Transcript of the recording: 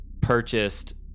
purchased